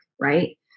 right